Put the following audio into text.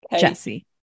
Jesse